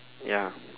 ya